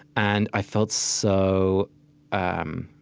and i felt so um